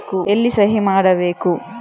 ಎಲ್ಲಿ ಸಹಿ ಮಾಡಬೇಕು?